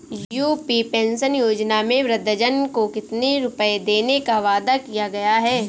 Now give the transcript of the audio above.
UP pension योजना में वृद्धजन को कितनी रूपये देने का वादा किया गया है?